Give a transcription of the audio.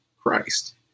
Christ